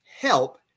help